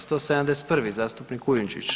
171. zastupnik Kujundžić.